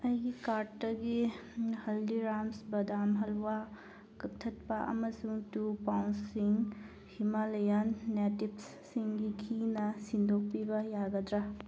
ꯑꯩꯒꯤ ꯀꯥꯔꯠꯇꯒꯤ ꯍꯜꯗꯤꯔꯥꯝꯁ ꯕꯗꯥꯝ ꯍꯜꯋꯥ ꯀꯛꯊꯠꯄ ꯑꯃꯁꯨꯡ ꯇꯨ ꯄꯥꯎꯟꯁꯤꯡ ꯍꯤꯃꯥꯂꯌꯥꯟ ꯅꯦꯇꯤꯞꯁ ꯁꯟꯒꯤ ꯘꯤꯅ ꯁꯤꯟꯗꯣꯛꯄꯤꯕ ꯌꯥꯒꯗ꯭ꯔꯥ